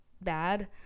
bad